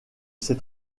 ces